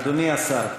אדוני השר,